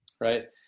right